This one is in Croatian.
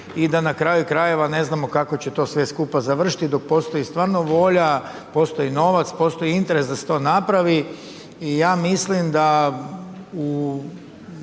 i da na kraju krajeva ne znamo kako će to sve skupa završiti dok postoji stvarno volja, postoji novac, postoji interes da se to napravi i ja mislim da